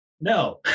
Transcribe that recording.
No